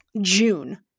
June